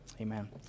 Amen